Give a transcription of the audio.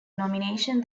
nomination